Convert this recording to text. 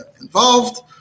involved